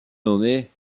nommée